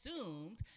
assumed